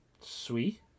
Sweet